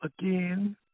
again